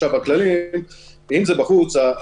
אם זה בחוץ,